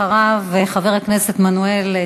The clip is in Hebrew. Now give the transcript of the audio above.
שבהפקדת כוח כלכלי כל כך עצום ורב בידי מונופול פרטי.